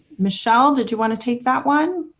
michele, did you want to take that one?